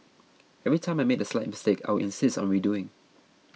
every time I made a slight mistake I would insist on redoing